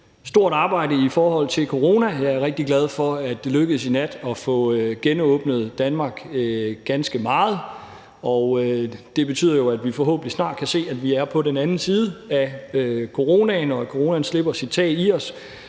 stort arbejde på grund af coronaen. Jeg er rigtig glad for, at det i nat lykkedes at få genåbnet Danmark ganske meget. Det betyder jo, at vi forhåbentlig snart kan se, at vi er på den anden side af coronaen, og at coronaen slipper sit tag i os.